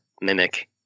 mimic